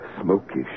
smoky